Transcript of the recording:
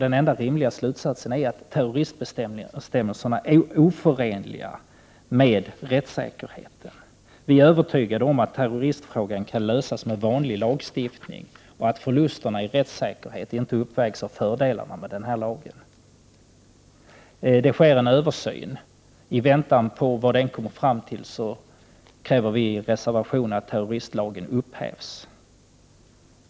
Den enda rimliga slutsatsen är att terroristbestämmelserna är oförenliga med rättssäkerheten. Vi är övertygade om att terroristfrågan kan lösas med vanlig lagstiftning och att förlusterna i rättssäkerhet inte uppvägs av fördelarna med lagen. Det pågår nu en översyn. I väntan på vad den kommer fram till kräver vi i en reservation att terroristlagen upphävs.